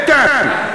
איתן,